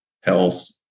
health